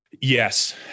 Yes